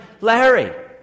Larry